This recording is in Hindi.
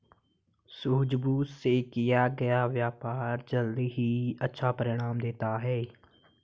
सूझबूझ से किया गया व्यापार जल्द ही अच्छा परिणाम देता है